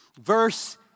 Verse